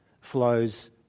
flows